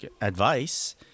advice